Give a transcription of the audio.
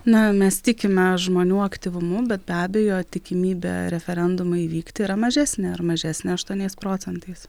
na mes tikime žmonių aktyvumu bet be abejo tikimybė referendumui įvykti yra mažesnė ir mažesnė aštuoniais procentais